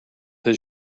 his